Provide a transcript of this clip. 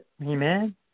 Amen